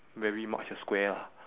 very much a square lah